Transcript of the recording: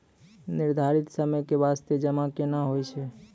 निर्धारित समय के बास्ते जमा केना होय छै?